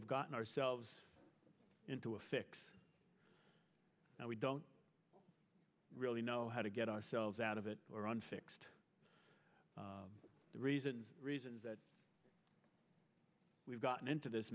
have gotten ourselves into a fix now we don't really know how to get ourselves out of it or on fixed the reasons reasons that we've gotten into this